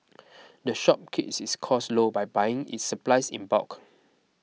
the shop keeps its costs low by buying its supplies in bulk